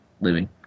living